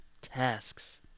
tasks